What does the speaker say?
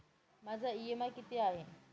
माझा इ.एम.आय किती आहे?